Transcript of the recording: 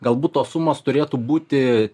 galbūt tos sumos turėtų būti